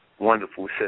wonderful